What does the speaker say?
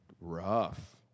rough